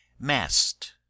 Mast